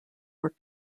were